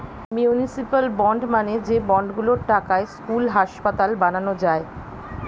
municipal bond মানে যে bond গুলোর টাকায় স্কুল, হাসপাতাল বানানো যায়